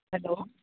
hello